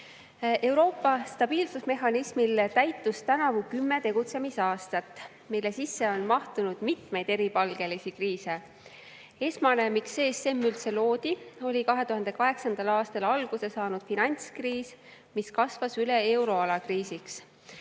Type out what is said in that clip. Euroopa stabiilsusmehhanismil täitus tänavu 10 tegutsemisaastat, mille sisse on mahtunud mitmeid eripalgelisi kriise. Esmane, miks ESM üldse loodi, oli 2008. aastal alguse saanud finantskriis, mis kasvas üle euroala kriisiks.